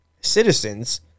citizens